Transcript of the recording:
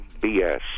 BS